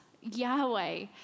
Yahweh